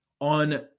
on